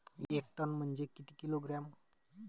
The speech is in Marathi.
एक टन म्हनजे किती किलोग्रॅम?